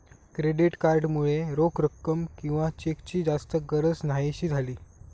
credit card मुळे रोख रक्कम किंवा चेकची जास्त गरज न्हाहीशी झाली